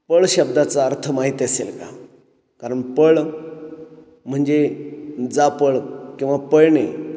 पळ शब्दाचा अर्थ माहिती असेल का कारण पळ म्हणजे जा पळ किंवा पळणे